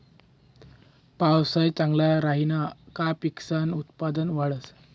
पावसाया चांगला राहिना का पिकसनं उत्पन्न वाढंस